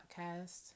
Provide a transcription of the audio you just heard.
podcast